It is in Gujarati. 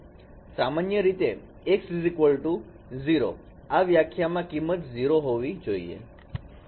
સામાન્ય રીતે x0 આ વ્યાખ્યામાં કિંમત 0 હોવી જોઈએ